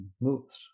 moves